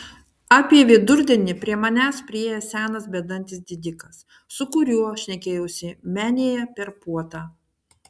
apie vidurdienį prie manęs priėjo senas bedantis didikas su kuriuo šnekėjausi menėje per puotą